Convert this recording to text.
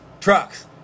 trucks